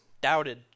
doubted